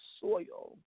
soil